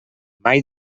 mai